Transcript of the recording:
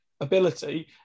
ability